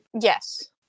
yes